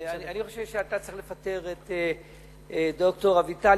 אני חושב שאתה צריך לפטר את ד"ר אביטל,